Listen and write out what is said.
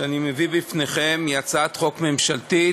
שאני מביא בפניכם היא הצעת חוק ממשלתית